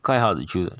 quite hard to choose